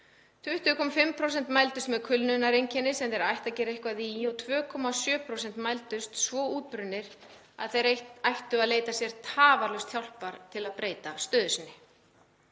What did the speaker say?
20,5% mældust með kulnunareinkenni sem þeir ættu að gera eitthvað í og 2,7% kennara mældust svo útbrunnir að þeir ættu að leita sér tafarlaust hjálpar til að breyta stöðu sinni.